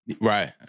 Right